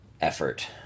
effort